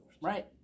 right